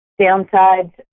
Downsides